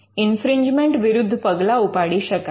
infringement વિરુદ્ધ પગલા ઉપાડી શકાય